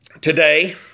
today